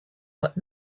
but